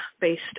based